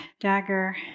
dagger